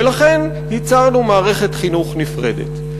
ולכן יצרנו מערכת חינוך נפרדת.